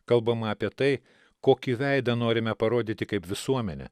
kalbama apie tai kokį veidą norime parodyti kaip visuomenę